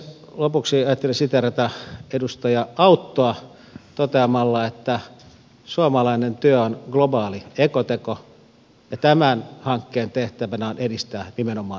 lopuksi ajattelin siteerata edustaja auttoa toteamalla että suomalainen työ on globaali ekoteko ja tämän hankkeen tehtävänä on edistää nimenomaan suomalaista työtä